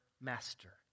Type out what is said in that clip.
master